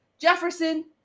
Jefferson